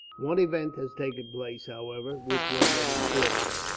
one event has taken place, however, which was of importance.